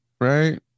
right